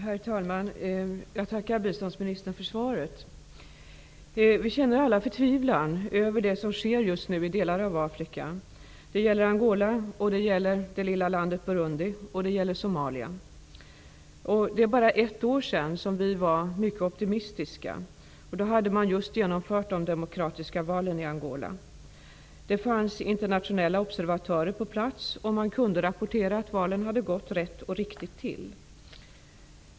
Herr talman! Jag tackar biståndsministern för svaret. Vi känner alla förtvivlan över det som sker just nu i delar av Afrika. Det gäller Angola, det gäller det lilla landet Burundi, det gäller Somalia. För bara ett år sedan var vi optimistiska. I Angola hade man just genomfört demokratiska val. Internationella observatörer fanns på plats, som kunde rapportera att valen hade gått rätt och riktigt till.